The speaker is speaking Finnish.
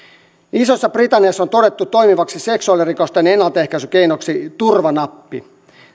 isossa britanniassa on todettu toimivaksi seksuaalirikosten ennaltaehkäisykeinoksi turvanappi